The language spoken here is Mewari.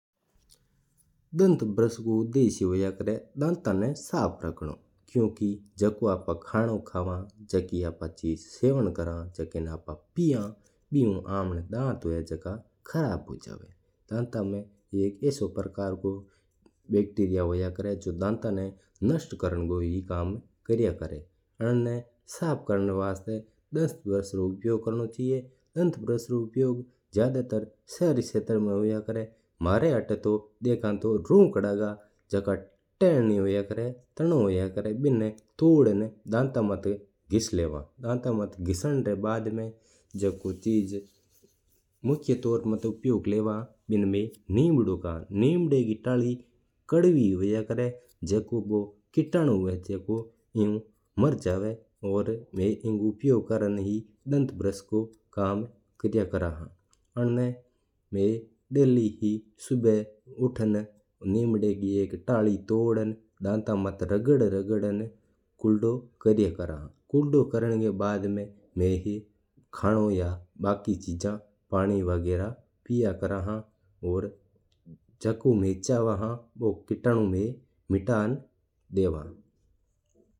दांत ब्रश कू उद्देश्य हुआ है दाता ना सफ्फ़ रखणू। जेका चीज़ आपां खावा जेका चीज़ रू आपांन सेवन कर जा की चीज़ आपां पीवा बिनू आपरा दात खराब हो सका है। तूं दंतब्रश बिन्ना साफ राखणा में मदद करिया करा है। दाता में एक आदि बैक्टीरिया हुआ है जो दात ना नष्ठ करना रू कम ही करया करा है। अन्न ना सफ्फ़ करना री वास्ता दंतब्रश रू ही उपयोग करणी चाहिए। दंतब्रश रू उपयोग ज्यादा तर्र शेरां में होया करा है मना आता तुं रुखड़ा रा ज्यादा प्रयोग होया करा है और बिनू ही इस्तेमाल हुआ है। जेका तन्नो होया करा है निम्दा रू बिनू ही दात सफ्फ़ करया करा हा।